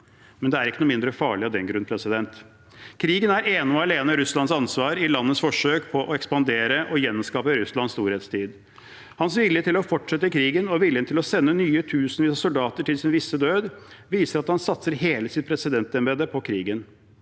hode. Det er ikke noe mindre farlig av den grunn. Krigen er ene og alene Russlands ansvar i landets forsøk på å ekspandere og gjenskape Russlands storhetstid. Hans vilje til å fortsette krigen og viljen til å sende nye tusenvis av soldater i den visse død viser at han satser hele sitt presidentembete på krigen.